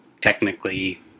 technically